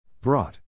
Brought